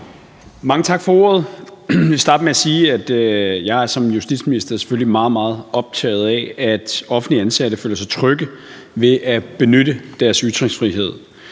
Mange tak for ordet. Jeg vil starte med at sige, at jeg som justitsminister selvfølgelig er meget, meget optaget af, at offentligt ansatte føler sig trygge ved at benytte deres ytringsfrihed.